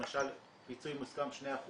למשל פיצוי מוסכם 2%,